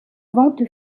vente